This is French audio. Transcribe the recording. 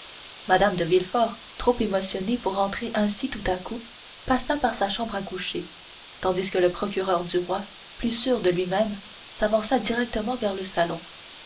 mme de villefort trop émotionnée pour entrer ainsi tout à coup passa par sa chambre à coucher tandis que le procureur du roi plus sûr de lui-même s'avança directement vers le salon